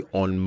on